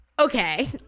Okay